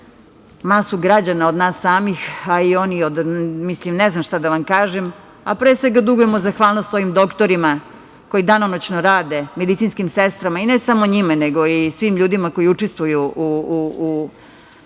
masu građana od nas samih. Ne znam šta da kažem, ali pre svega dugujemo zahvalnost svojim doktorima koji danonoćno rade, medicinskim sestrama i ne samo njima, nego i svim ljudima koji učestvuju u